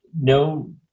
no